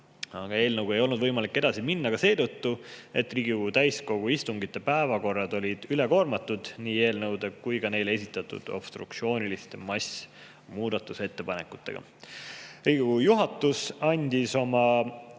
Aga eelnõuga ei olnud võimalik edasi minna ka seetõttu, et Riigikogu täiskogu istungite päevakorrad olid üle koormatud nii eelnõude kui ka neile esitatud obstruktsiooniliste massmuudatusettepanekute tõttu. Riigikogu juhatus andis oma